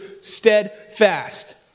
steadfast